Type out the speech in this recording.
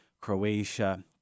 Croatia